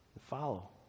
follow